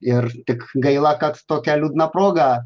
ir tik gaila kad tokia liūdna proga